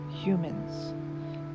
humans